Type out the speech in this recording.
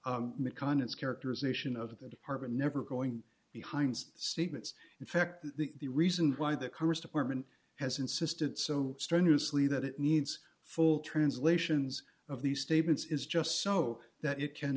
mcconnell's characterization of the department never going behind statements in fact that the reason why the congress department has insisted so strenuously that it needs full translations of these statements is just so that it can